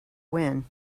win